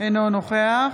אינו נוכח